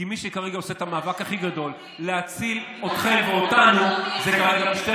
כי מי שכרגע עושה את המאבק הכי גדול להציל אתכם ואותנו זה כרגע משטרת